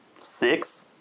six